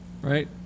right